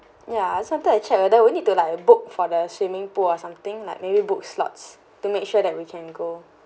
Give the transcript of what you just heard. ya I just wanted to check whether we need to like book for the swimming pool or something like maybe book slots to make sure that we can go